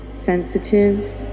sensitives